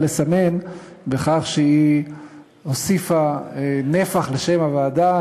לסמן בכך שהיא הוסיפה נפח לשם הוועדה.